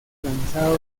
lanzado